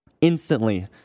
instantly